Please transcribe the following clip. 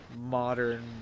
modern